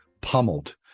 pummeled